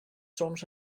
soms